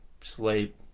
sleep